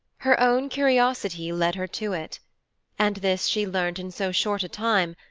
her own curiosity led her to it and this she learnt in so short a time,